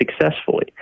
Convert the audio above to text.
successfully